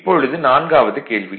இப்பொழுது நான்காவது கேள்வி